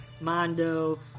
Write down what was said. Mondo